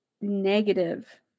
negative